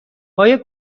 آیا